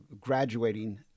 graduating